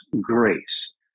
grace